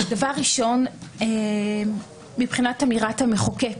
דבר ראשון, מבחינת אמירת המחוקק,